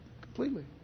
completely